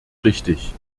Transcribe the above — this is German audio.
richtig